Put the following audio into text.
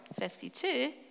52